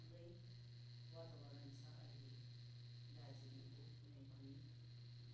राम्रै वातावरण छ अहिले दार्जिलिङको कुनै पनि